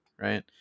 Right